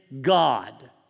God